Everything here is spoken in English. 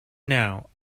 now